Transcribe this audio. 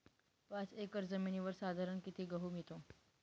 पाच एकर जमिनीवर साधारणत: किती गहू येतो?